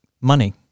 money